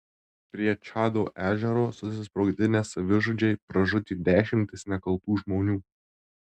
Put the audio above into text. prie čado ežero susisprogdinę savižudžiai pražudė dešimtis nekaltų žmonių